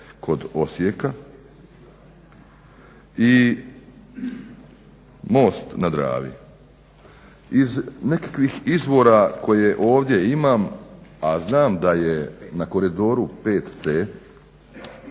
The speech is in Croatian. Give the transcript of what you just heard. kod Osijeka i most na Dravi. Iz nekakvih izvora koje ovdje imam a znam da je na koridoru 5